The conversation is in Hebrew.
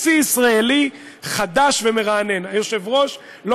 שיא ישראלי חדש ומרענן: היושב-ראש לא